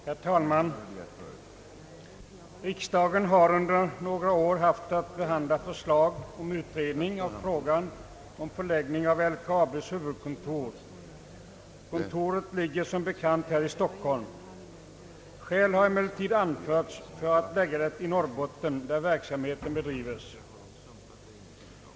Herr talman! Riksdagen har under nagra år haft att behandla förslag om en utredning av frågan om förläggningen av LKAB:s huvudkontor. Kontoret ligger som bekant här i Stockholm. Skäl har emellertid anförts för att förlägga det till Norrbotten, där LKAB:s verksamhet bedrives.